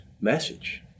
message